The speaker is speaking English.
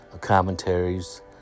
commentaries